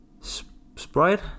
Sprite